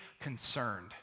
concerned